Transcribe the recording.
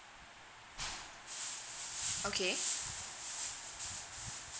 okay